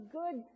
good